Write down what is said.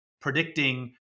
predicting